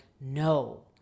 no